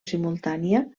simultània